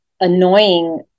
annoying